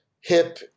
hip